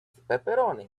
pepperoni